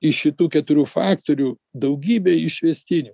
iš šitų keturių faktorių daugybę išvestinių